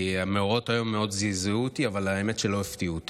כי המאורעות היום מאוד זעזעו אותי אבל האמת היא שלא הפתיעו אותי.